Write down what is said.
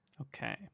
okay